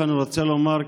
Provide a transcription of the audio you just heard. אני רוצה לומר,